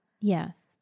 Yes